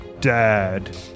Dad